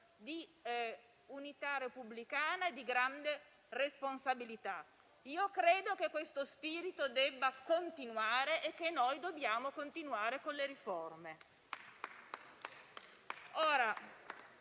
di unità repubblicana e di grande responsabilità. Credo che questo spirito debba continuare e che si debba continuare con le riforme.